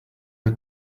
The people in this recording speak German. der